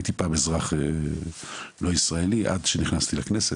הייתי פעם אזרח לא ישראלי עד שנכנסתי לכנסת.